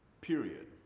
period